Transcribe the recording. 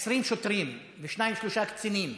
20 שוטרים ושניים-שלושה קצינים,